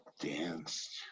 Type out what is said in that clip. danced